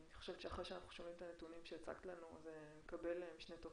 אני חושבת שאחרי שאנחנו שומעים את הנתונים שהצגת לנו זה מקבל משנה תוקף.